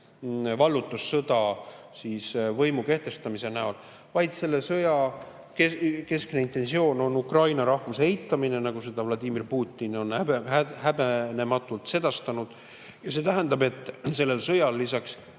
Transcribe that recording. vallutussõda võimu kehtestamise näol, vaid selle sõja keskne intentsioon on ukraina rahvuse eitamine, nagu Vladimir Putin on häbenematult sedastanud. See tähendab, et sellel sõjal lisaks